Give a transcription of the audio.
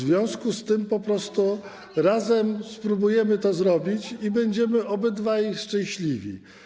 W związku z tym po prostu razem spróbujemy to zrobić i będziemy obydwaj szczęśliwi.